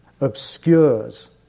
obscures